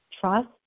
trust